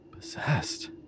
Possessed